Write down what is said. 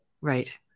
Right